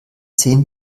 zehn